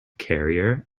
carrier